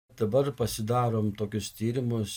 dabar pasidarom tokius tyrimus